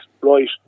right